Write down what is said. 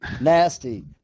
Nasty